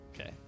Okay